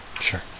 Sure